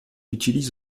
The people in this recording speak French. utilise